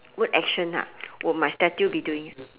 what action ha will my statue be doing